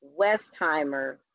Westheimer